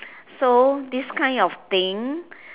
so this kind of thing